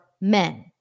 men